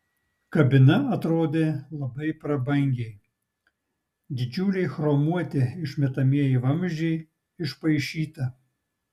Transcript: kabina atrodė labai prabangiai didžiuliai chromuoti išmetamieji vamzdžiai išpaišyta